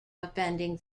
offending